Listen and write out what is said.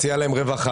מציעה להם רווחה,